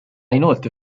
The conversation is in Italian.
inoltre